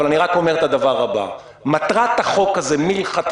אבל אני רק אומר את הדבר הבא: מטרת החוק הזה מלכתחילה,